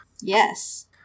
Yes